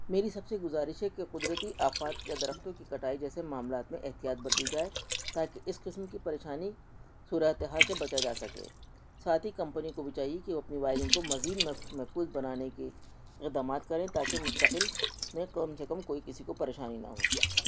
میری سب سے گزارش ہے کہ قدرتی آفات یا درختوں کی کٹائی جیسے معاملات میں احتیاط برتی جائے تاکہ اس قسم کی پریشانی صورت حال سے بچا جا سکے ساتھ ہی کمپنی کو بھی چاہیے کہ وہ اپنی وائرنگ کو مزید محفوظ بنانے کی اقدامات کریں تاکہ مستقل میں کم سے کم کوئی کسی کو پریشانی نہ ہو